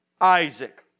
Isaac